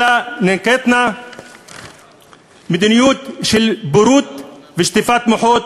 אלא נקטו מדיניות של בורות ושטיפת מוחות,